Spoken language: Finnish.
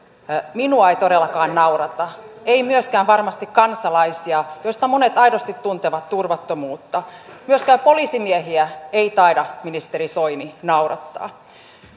minua ei todellakaan naurata ei myöskään varmasti kansalaisia joista monet aidosti tuntevat turvattomuutta myöskään poliisimiehiä ei taida ministeri soini naurattaa